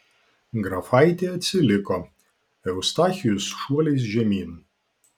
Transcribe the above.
grafaitė atsiliko eustachijus šuoliais žemyn